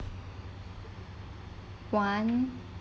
one